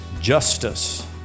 justice